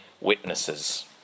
witnesses